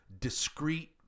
discrete